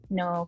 no